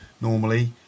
normally